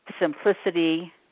simplicity